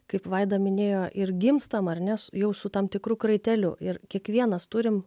kaip vaida minėjo ir gimstama ar ne su jau su tam tikru kraiteliu ir kiekvienas turim